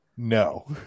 No